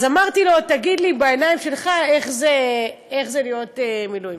אז אמרתי לו: תגיד לי בעיניים שלך איך זה להיות מילואימניק.